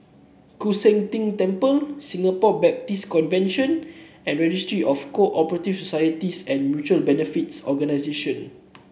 Koon Seng Ting Temple Singapore Baptist Convention and Registry of Co operative Societies and Mutual Benefits Organisation